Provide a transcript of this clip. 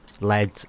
led